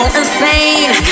insane